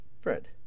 Fred